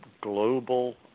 global